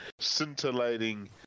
scintillating